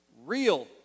Real